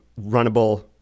runnable